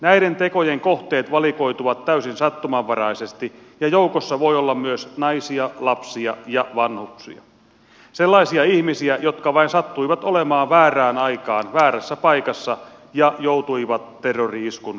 näiden tekojen kohteet valikoituvat täysin sattumanvaraisesti ja joukossa voi olla myös naisia lapsia ja vanhuksia sellaisia ihmisiä jotka vain sattuivat olemaan väärään aikaan väärässä paikassa ja joutuivat terrori iskun kohteeksi